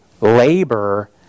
labor